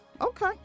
okay